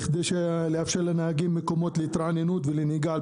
כדי לאפשר לנהגים מקומות להתרעננות ולנהיגה על